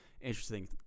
interesting